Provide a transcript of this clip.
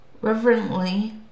Reverently